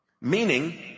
Meaning